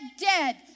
dead